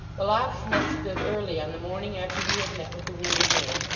the locksmith stood early on the morning after he had met with the wounded man,